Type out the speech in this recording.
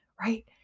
right